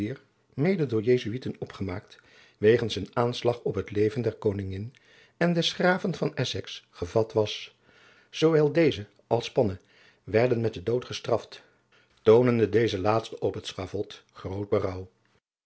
mede door jesuiten opgemaakt wegens een aanslag op het leven der koningin en des graven van essex gevat was zoowel deze als panne werden met den dood gestraft toonende deze laatste op het schavot groot